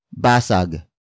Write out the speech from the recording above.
Basag